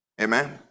Amen